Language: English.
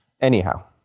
Anyhow